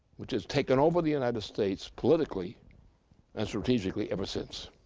which has taken over the united states politically and strategically ever since.